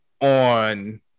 on